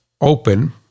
open